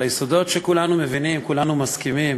ליסודות שכולנו מבינים, כולנו מסכימים